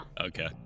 Okay